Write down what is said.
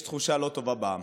יש תחושה לא טובה בעם,